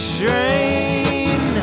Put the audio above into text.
train